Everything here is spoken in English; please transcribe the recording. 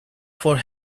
for